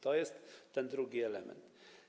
To jest ten drugi element.